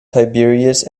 tiberius